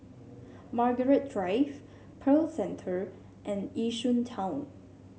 Margaret Drive Pearl Centre and Yishun Town